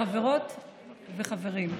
חברות וחברים,